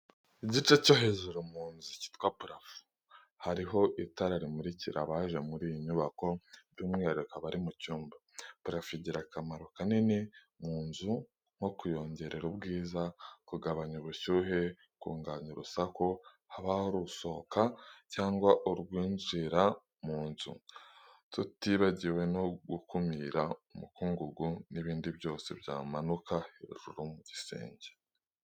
Igice cyo hejuru mu nzu kitwa purafo hariho itara rimurikira abaje muri iyi nyubako by'umwihariko abari mu cyumba. Purafo igira akamaro kanini mu nzu, nko kuyongerera ubwiza, kugabanya ubushyuhe, kuganya urusaku haba urusohoka cyangwa urwinjira mu nzu tutibagiwe no gukumira umukungugu n'ibindi byose byamanuka hejuru mu gisenge.